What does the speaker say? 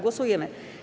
Głosujemy.